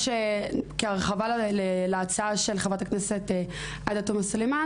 כהרחבה להצעה של חברת הכנסת עאידה תומא סלימאן